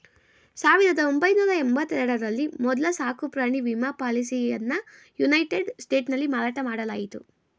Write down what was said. ಸಾವಿರದ ಒಂಬೈನೂರ ಎಂಬತ್ತ ಎರಡ ರಲ್ಲಿ ಮೊದ್ಲ ಸಾಕುಪ್ರಾಣಿ ವಿಮಾ ಪಾಲಿಸಿಯನ್ನಯುನೈಟೆಡ್ ಸ್ಟೇಟ್ಸ್ನಲ್ಲಿ ಮಾರಾಟ ಮಾಡಲಾಯಿತು